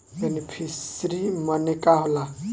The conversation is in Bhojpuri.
बेनिफिसरी मने का होला?